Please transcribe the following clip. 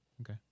Okay